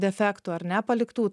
defektų ar ne paliktų